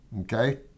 okay